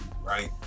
right